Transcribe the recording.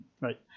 Right